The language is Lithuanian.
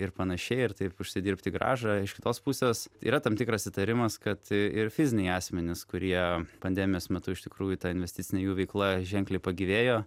ir panašiai ir taip užsidirbti grąžą iš kitos pusės yra tam tikras įtarimas kad ir fiziniai asmenys kurie pandemijos metu iš tikrųjų ta investicinė jų veikla ženkliai pagyvėjo